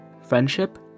friendship